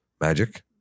Magic